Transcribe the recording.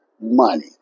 money